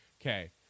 Okay